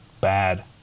bad